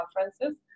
conferences